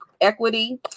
Equity